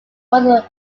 was